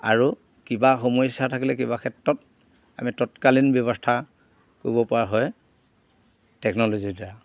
আৰু কিবা সমস্যা থাকিলে কিবা ক্ষেত্ৰত আমি তৎকালীন ব্যৱস্থা কৰিব পৰা হয় টেকন'ল'জিৰ দ্বাৰা